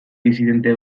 disidente